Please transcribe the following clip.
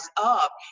up